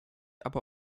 aber